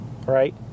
right